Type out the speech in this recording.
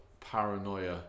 paranoia